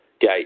gate